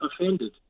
offended